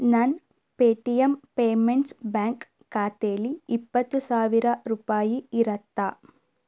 ನನ್ನ Paytm payments bank ಖಾತೆಲಿ ಇಪ್ಪತ್ತು ಸಾವಿರ ರೂಪಾಯಿ ಇರುತ್ತಾ